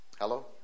Hello